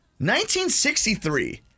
1963